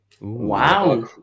Wow